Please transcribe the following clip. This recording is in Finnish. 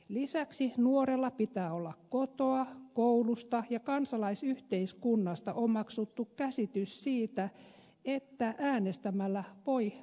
lisäksi nuorella pitää olla kotoa koulusta ja kansalaisyhteiskunnasta omaksuttu käsitys siitä että äänestämällä voi vaikuttaa